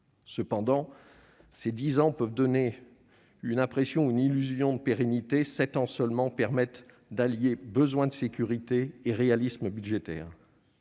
Cependant, si dix ans peuvent donner une impression, ou une illusion, de pérennité, sept années seulement permettent d'allier besoin de sécurité et réalisme budgétaire.